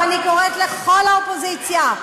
ואני קוראת לכל האופוזיציה,